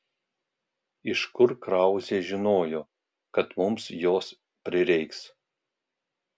iš kur krauzė žinojo kad mums jos prireiks